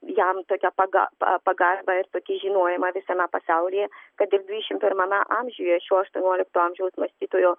jam tokią paga pagarbą ir tokį žinojimą visame pasaulyje kad ir dvidešimt pirmame amžiuje šio aštuoniolikto amžiaus mąstytojo